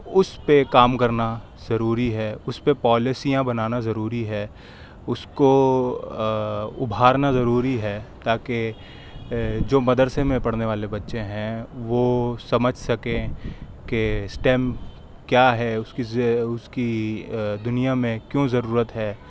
اُس پہ کام کرنا ضروری ہے اُس پہ پالیسیاں بنانا ضروری ہے اُس کو اُبھارنا ضروری ہے تاکہ جو مدرسے میں پڑھنے والے بچے ہیں وہ سمجھ سکیں کہ اسٹم کیا ہے اُس کی اُس کی دنیا میں کیوں ضرورت ہے